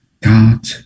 God